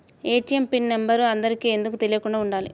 ATM PIN number అందరికి ఎందుకు తెలియకుండా ఉండాలి?